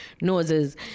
noses